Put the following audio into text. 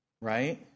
Right